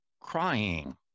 crying